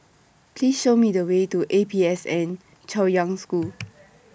Please Show Me The Way to A P S N Chaoyang School